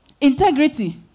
Integrity